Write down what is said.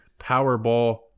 Powerball